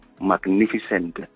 magnificent